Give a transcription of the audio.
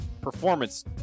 performance